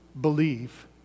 believe